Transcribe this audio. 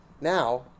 Now